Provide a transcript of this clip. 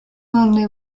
only